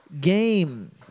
Game